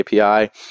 API